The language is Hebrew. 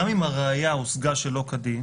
אם הראיה הושגה שלא כדין